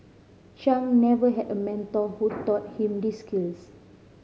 chung never had a mentor who taught him these skills